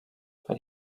but